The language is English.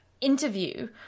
interview